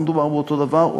לא מדובר באותו הדבר,